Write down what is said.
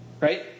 Right